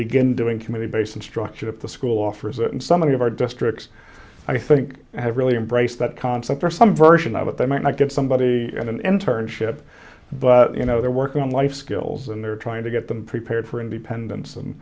begin doing committee based instruction at the school offers and some of our districts i think have really embraced that concept or some version of it that might not give somebody an internship but you know they're working on life skills and they're trying to get them prepared for independence and